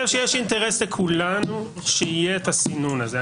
אינטרס לכולנו שיהיה את הסינון הזה.